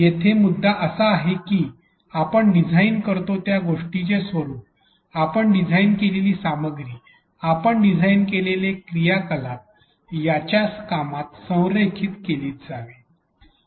येथे मुद्दा असा आहे की आपण डिझाइन करतो त्या गोष्टीचे स्वरूप आपण डिझाइन केलेली सामग्री आपण डिझाइन केलेले क्रियाकलाप त्याच्या कामात संरेखित केले जावे